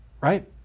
right